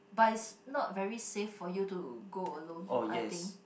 but it's not very safe for you to go alone I think